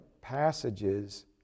passages